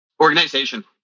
Organization